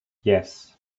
yes